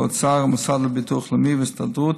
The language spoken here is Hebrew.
האוצר והמוסד לביטוח לאומי ובין ההסתדרות.